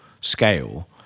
scale